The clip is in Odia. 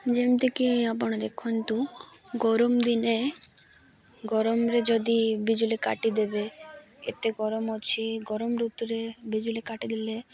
ଯେମିତିକି ଆପଣ ଦେଖନ୍ତୁ ଗରମ ଦିନେ ଗରମରେ ଯଦି ବିଜୁଳି କାଟିଦେବେ ଏତେ ଗରମ ଅଛି ଗରମ ଋତୁରେ ବିଜୁଳି କାଟିଦେଲେ